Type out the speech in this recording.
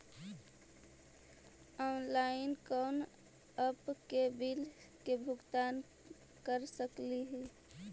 Online कोन app से bill के भुगतान कर सकली ही?